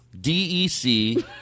D-E-C